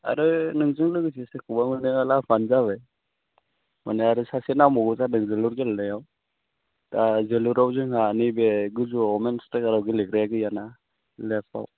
आरो नोंजों लोगोसे सोरखौबा मोनोबा लाबोबानो जाबाय माने आरो सासे नांबावगौ जादों जोलुर गेलेनायाव दा जोलुराव जोंहा नैबे गोजौआव मेन स्ट्रायखाराव गेलेग्राया गैयाना लेफ्टआव